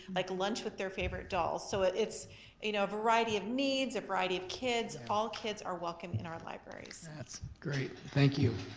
like lunch with their favorite dolls. so it's a you know variety of needs, a variety of kids, all kids are welcome in our libraries. that's great, thank you.